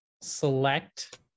select